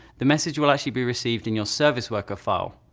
the message will actually be received in your service worker file.